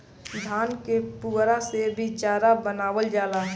धान के पुअरा से भी चारा बनावल जाला